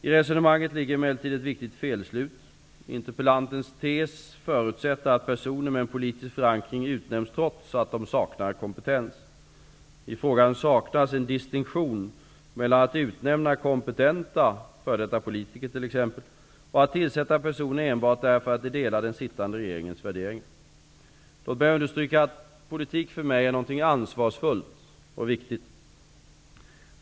I resonemanget ligger emellertid ett viktigt felslut. Interpellantens tes förutsätter att personer med en politisk förankring utnämnts trots att de saknar kompetens. I frågan saknas en distinktion mellan att utnämna kompetenta f.d. politiker och att tillsätta personer enbart därför att de delar den sittande regeringens värderingar. Låt mig understryka att politik för mig är något ansvarsfullt och viktigt.